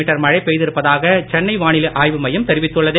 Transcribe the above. metre மழை பெய்திருப்பதாக சென்னை வானிலை ஆய்வு மையம் தெரிவித்துள்ளது